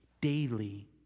daily